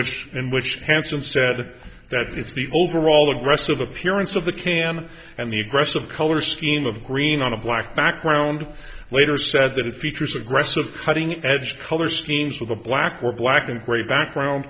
which in which hansen said that it's the overall aggressive appearance of the can and the aggressive color scheme of green on a black background later said that it features aggressive cutting edge color schemes with a black or black and gray background